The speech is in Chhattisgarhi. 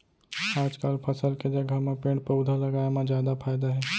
आजकाल फसल के जघा म पेड़ पउधा लगाए म जादा फायदा हे